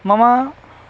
मम